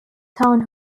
town